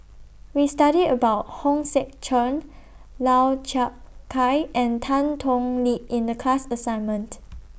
We studied about Hong Sek Chern Lau Chiap Khai and Tan Thoon Lip in The class assignment